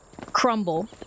crumble